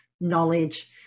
knowledge